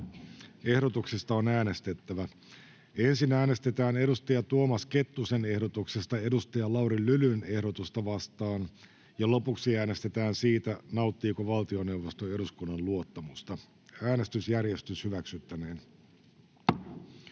Ehdotuksista on äänestettävä. Ensin äänestetään Tuomas Kettusen ehdotuksesta Lauri Lylyn ehdotusta vastaan. Lopuksi äänestetään siitä, nauttiiko valtioneuvosto eduskunnan luottamusta. [Speech 64] Speaker: